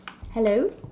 hello